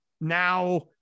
Now